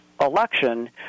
election